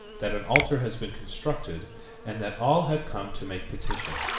that an altar has been constructed and that all have come to make petition.